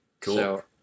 Cool